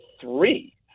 three